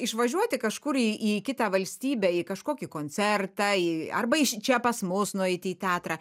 išvažiuoti kažkur į į kitą valstybę į kažkokį koncertą į arba iš čia pas mus nueiti į teatrą